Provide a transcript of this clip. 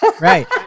Right